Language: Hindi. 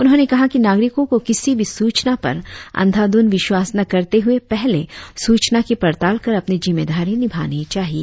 उन्होंने कहा कि नागरिको को किसी भी सूचना पर अधा ध्रंद विश्वास न करते हुए पहले सुचना की पड़ताल कर अपनी जिम्मेदारी निभानी चाहिए